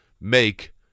make